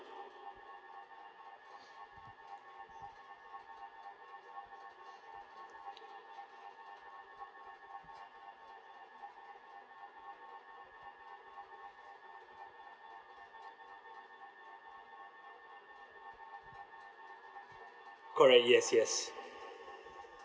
correct yes yes